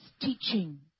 teaching